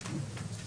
"מורשי".